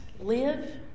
live